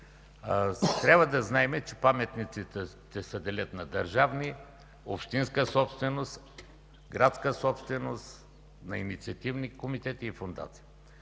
Трябва да знаем, че паметниците се делят на държавни, общинска собственост, градска собственост, на инициативни комитети и фондации.